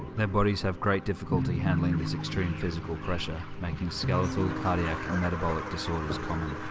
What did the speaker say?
their bodies have great difficulty handling this extreme physical pressure, making skeletal, cardiac and metabolic disorders common.